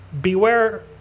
beware